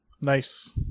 Nice